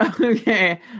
Okay